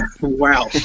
Wow